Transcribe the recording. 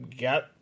got